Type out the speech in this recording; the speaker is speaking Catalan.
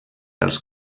als